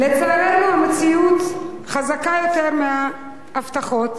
לצערנו, המציאות חזקה יותר מההבטחות